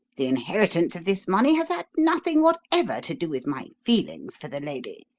the inheritance of this money has had nothing whatever to do with my feelings for the lady.